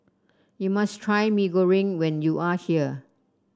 you must try Mee Goreng when you are here